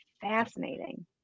fascinating